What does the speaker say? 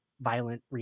violent